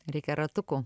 reikia ratukų